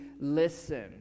listen